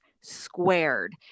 squared